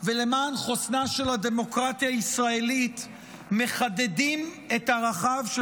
ולמען חוסנה של הדמוקרטיה הישראלית מחדדים את ערכיו של